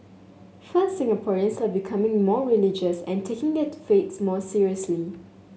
first Singaporeans are becoming more religious and taking their faiths more seriously